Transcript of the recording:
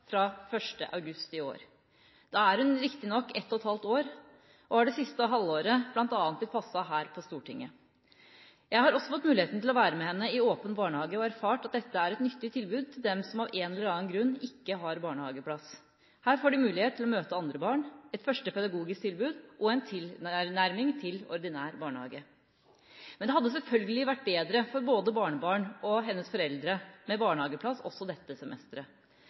fra 1. august i år. Da er hun riktignok ett og et halvt år og har det siste halvåret blitt passet bl.a. her på Stortinget. Jeg har også fått muligheten til å være med henne i åpen barnehage og har erfart at dette er et nyttig tilbud til dem som av en eller annen grunn ikke har barnehageplass. Her får de mulighet til å møte andre barn, et første pedagogisk tilbud og en tilnærming til ordinær barnehage. Men det hadde selvfølgelig vært bedre for både barnebarnet og hennes foreldre med barnehageplass også dette semesteret.